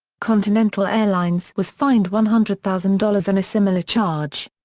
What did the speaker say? continental airlines was fined one hundred thousand dollars on a similar charge.